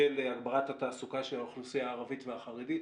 של הגברת התעסוקה של האוכלוסייה הערבית והחרדית.